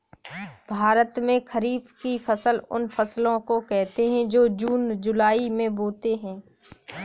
भारत में खरीफ की फसल उन फसलों को कहते है जो जून जुलाई में बोते है